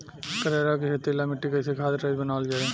करेला के खेती ला मिट्टी कइसे खाद्य रहित बनावल जाई?